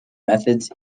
methods